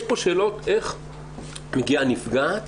יש פה שאלות איך מגיעה הנפגעת,